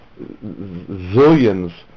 zillions